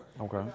Okay